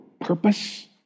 purpose